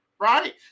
right